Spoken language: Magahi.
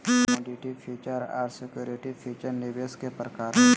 कमोडिटी फीचर आर सिक्योरिटी फीचर निवेश के प्रकार हय